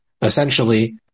essentially